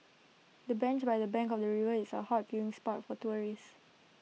the bench by the bank of the river is A hot viewing spot for tourists